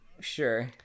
Sure